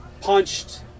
punched